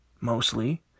mostly